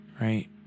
right